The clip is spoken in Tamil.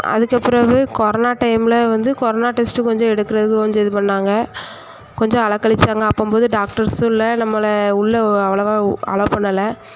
அதுக்குப்பிறகு கொரோனா டைமில் வந்து கொரோனா டெஸ்ட்டு கொஞ்சம் எடுக்கிறதுக்கு கொஞ்சம் இது பண்ணாங்க கொஞ்சம் அலக்கழிச்சாங்க அப்போகும் போது டாக்டர்ஸும் இல்லை நம்மளை உள்ளே அவ்வளோவா அலோ பண்ணலை